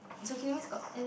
it's okay means got